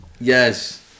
Yes